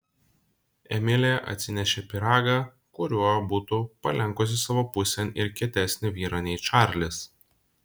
emilė atsinešė pyragą kuriuo būtų palenkusi savo pusėn ir kietesnį vyrą nei čarlis